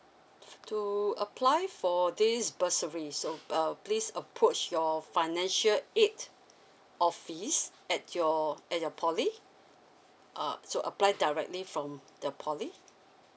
to you apply for this bursary so uh please approach your financial aid office at your at your poly uh to apply directly from the poly